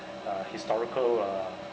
uh historical uh